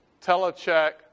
Telecheck